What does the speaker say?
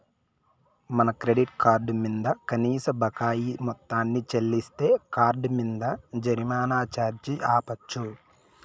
మన credit card మింద కనీస బకాయి మొత్తాన్ని చెల్లిస్తే కార్డ్ మింద జరిమానా ఛార్జీ ఆపచ్చు